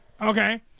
Okay